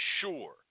sure